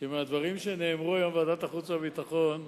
שמהדברים שנאמרו היום בוועדת החוץ והביטחון,